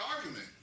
argument